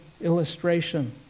illustration